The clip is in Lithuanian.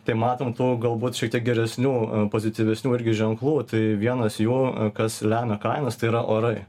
tai matom tų galbūt šiek tiek geresnių pozityvesnių irgi ženklų tai vienas jų kas lemia kainas tai yra orai